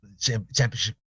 championship